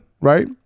right